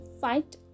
fight